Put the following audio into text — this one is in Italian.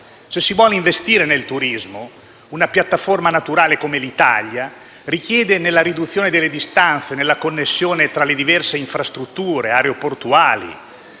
Se si vuole investire nel turismo, una piattaforma naturale come l'Italia richiede nella riduzione delle distanze, nella connessione tra le diverse infrastrutture aeroportuali